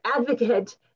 advocate